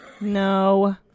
No